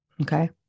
Okay